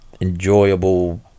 enjoyable